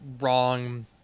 wrong